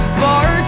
far